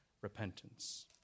repentance